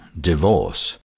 Divorce